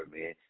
man